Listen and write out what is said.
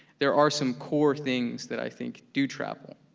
there are some core things that i think do travel.